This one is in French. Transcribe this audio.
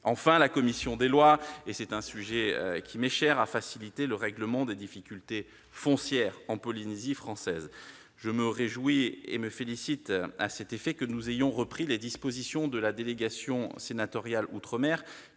Enfin, la commission des lois- c'est un sujet qui m'est cher -a facilité le règlement des difficultés foncières en Polynésie française. À cet égard, je me réjouis et me félicite que nous ayons repris les propositions de la délégation sénatoriale aux outre-mer,